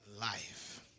life